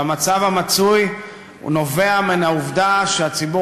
והמצב המצוי נובע מן העובדה שהציבור